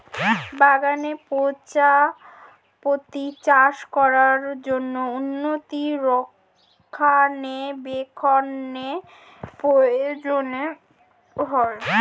বাগানে প্রজাপতি চাষ করার জন্য উন্নত রক্ষণাবেক্ষণের প্রয়োজন হয়